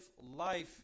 life